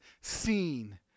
seen